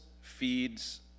feeds